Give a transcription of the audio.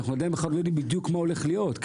אנחנו עדיין לא יודעים בדיוק מה הולך להיות.